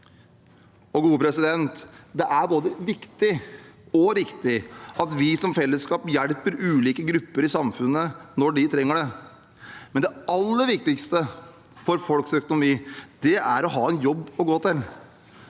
for 2024. Det er både viktig og riktig at vi som fellesskap hjelper ulike grupper i samfunnet når de trenger det. Men det aller viktigste for folks økonomi er at de har en jobb